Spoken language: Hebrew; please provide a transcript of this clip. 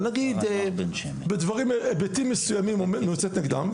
אבל נגיד בדברים בהיבטים מסוימים נגדם,